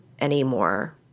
anymore